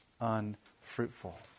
unfruitful